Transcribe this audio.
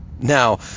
Now